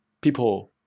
people